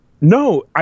No